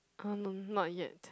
uh no not yet